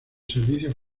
servicios